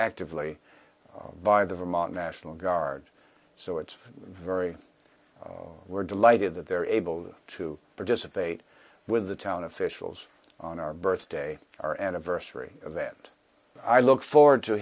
actively by the vermont national guard so it's very we're delighted that they're able to participate with the town officials on our birthday our anniversary event i look forward to